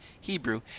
Hebrew